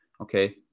okay